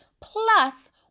plus